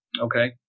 okay